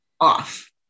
off